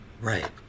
Right